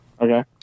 Okay